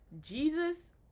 Jesus